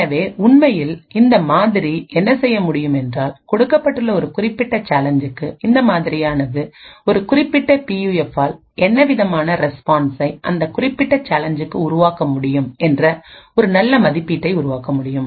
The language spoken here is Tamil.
எனவே உண்மையில் இந்த மாதிரி என்ன செய்ய முடியும் என்றால்கொடுக்கப்பட்டுள்ள ஒரு குறிப்பிட்ட சேலஞ்சுக்கு இந்த மாதிரி ஆனது இந்த குறிப்பிட்ட பியூஎஃப்பால் என்ன விதமான ரெஸ்பான்சை அந்த குறிப்பிட்ட சேலஞ்சுக்கு உருவாக்க முடியும் என்ற ஒரு நல்ல மதிப்பீட்டை உருவாக்க முடியும்